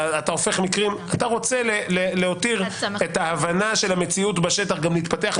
אתה רוצה להותיר את ההבנה של המציאות בשטח גם להתפתח.